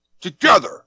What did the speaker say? together